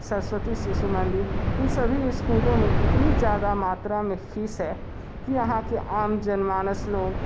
सरस्वती शिशु मंदिर इन सभी स्कूलों में इतनी ज़्यादा मात्रा में फ़ीस है कि यहाँ की आम जनमानस लोग